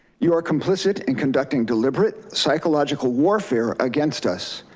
you are complicit in conducting deliberate psychological warfare against us.